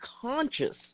conscious